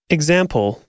Example